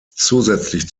zusätzlich